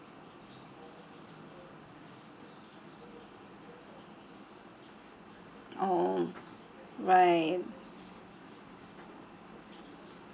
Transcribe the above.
oh right